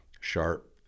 sharp